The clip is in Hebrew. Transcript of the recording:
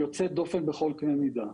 היא יוצאת דופן בכל קנה מידה.